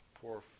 poor